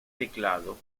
teclado